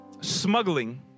smuggling